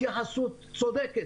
התייחסות צודקת,